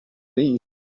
knees